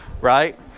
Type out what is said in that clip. right